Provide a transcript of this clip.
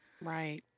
right